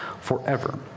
forever